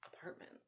apartment